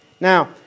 Now